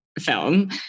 film